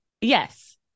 Yes